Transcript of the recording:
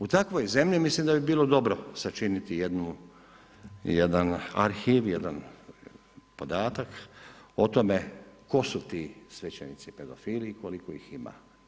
U takvoj zemlji mislim da bi bilo dobro sačiniti jedan arhiv, jedan podatak o tome tko su ti svećenici pedofili i koliko ih ima.